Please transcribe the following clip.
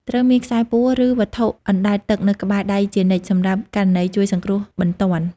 ត្រូវមាន ខ្សែពួរ ឬវត្ថុអណ្តែតទឹកនៅក្បែរដៃជានិច្ចសម្រាប់ករណីជួយសង្គ្រោះបន្ទាន់។